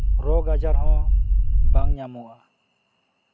ᱨᱳᱜᱽ ᱟᱡᱟᱨ ᱦᱚᱸ ᱵᱟᱝ ᱧᱟᱢᱚᱜᱼᱟ